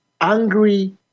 angry